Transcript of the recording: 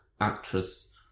actress